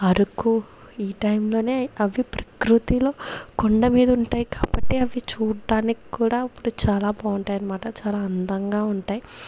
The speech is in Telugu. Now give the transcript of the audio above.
ఈ టైమ్లోనే అవి ప్రకృతిలో కుండ మీద ఉంటాయి కాబట్టి అవి చూడడానికి కూడా ఇప్పుడు చాలా బాగుంటాయి అన్నమాట చాలా అందంగా ఉంటాయ్